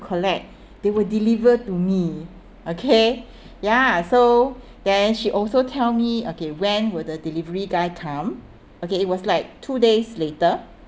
collect they will deliver to me okay ya so then she also tell me okay when will the delivery guy come okay it was like two days later